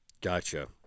Gotcha